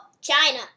China